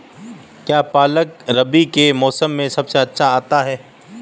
क्या पालक रबी के मौसम में सबसे अच्छा आता है?